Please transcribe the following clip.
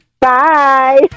Bye